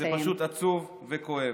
זה פשוט עצוב וכואב.